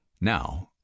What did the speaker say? Now